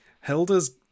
Hilda's